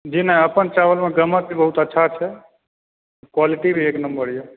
जी नहि अपन चावल मे गमक बहुत अच्छा छै क्वालिटी एक नम्बर अइ